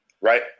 Right